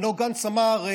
בזמנו גנץ אמר: